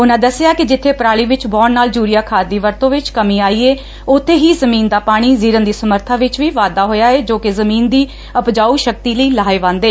ਉਨਾਂ ਦਸਿਆ ਕਿ ਜਿੱਬੇ ਪਰਾਲੀ ਵਿਚ ਵਾਹੁਣ ਨਾਲ ਯੁਰੀਆ ਖਾਦ ਦੀ ਵਰਤੋਂ ਵਿਚ ਕਮੀ ਆਈ ਏ ਉਬੇ ਹੀ ਜ਼ਮੀਨ ਦੀ ਪਾਣੀ ਜੀਰਨ ਦੀ ਸਮਰੱਬਾ ਵਿਚ ਵੀ ਵਾਧਾ ਹੋਇਆ ਏ ਜੋ ਕਿ ਜੁਮੀਨ ਦੀ ਉਪਜਾਉ ਸ਼ਕਤੀ ਲਈ ਲਾਹੇਵੰਦ ਏ